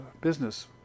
business